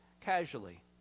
casually